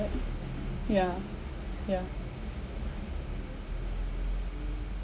right yeah yeah